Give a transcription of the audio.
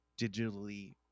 digitally